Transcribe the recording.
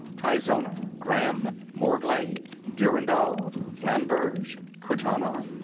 tizona, gram, morglay, durendal, flamberge, curtana,